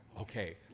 okay